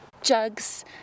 jugs